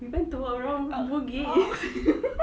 we went to walk around bugis